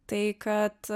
tai kad